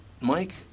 Mike